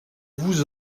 vous